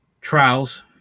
trials